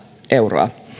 euroa